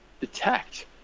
detect